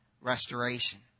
restoration